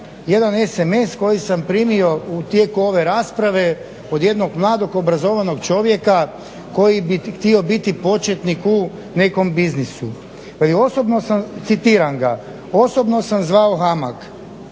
jedan SMS koji sam primio tijekom ove rasprave od jednog mladog, obrazovanog čovjeka koji bi htio biti početnik u nekom biznisu. Citiram ga "Osobno sam zvao HAMAG